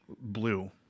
Blue